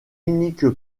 unique